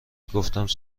گفت